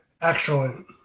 Excellent